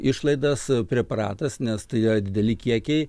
išlaidas preparatas nes tai yra dideli kiekiai